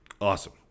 awesome